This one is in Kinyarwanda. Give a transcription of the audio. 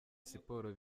siporo